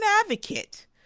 advocate